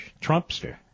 Trumpster